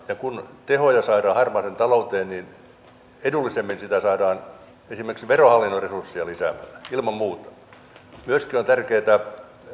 ja jotta tehoja saadaan harmaaseen talouteen niin edullisemmin niitä saadaan esimerkiksi verohallinnon resursseja lisäämällä ilman muuta myöskin on tärkeätä